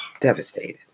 devastated